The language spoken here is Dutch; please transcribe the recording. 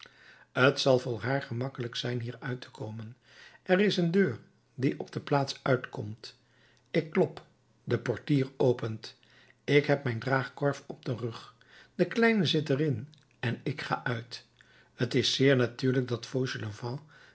t zal voor haar gemakkelijk zijn hier uit te komen er is een deur die op de plaats uitkomt ik klop de portier opent ik heb mijn draagkorf op den rug de kleine zit er in en ik ga uit t is zeer natuurlijk dat fauchelevent